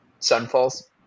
Sunfalls